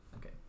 okay